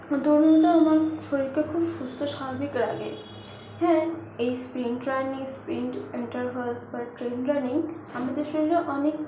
দৌড়ানোটা আমার শরীরকে খুব সুস্থ স্বাভাবিক রাখে হ্যাঁ এই স্প্রিং রানিং ট্রেড রানিং আমাদের শরীরে অনেক